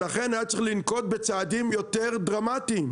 לכן היה צריך לנקוט בצעדים יותר דרמטיים,